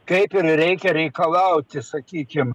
kaip ir reikia reikalauti sakykim